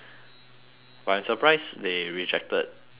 but I'm surprised they rejected J Y